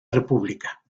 república